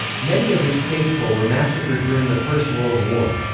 many of its faithful were massacred during the first world war.